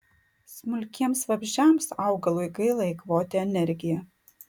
smulkiems vabzdžiams augalui gaila eikvoti energiją